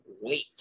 wait